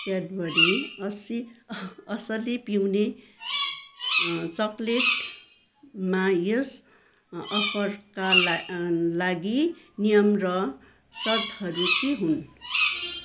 Cadbury अस्सि असली पिउने अँ चकलेटमा यस अफरका अँ लागि नियम र सर्तहरू के हुन्